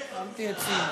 אל תהיה ציני.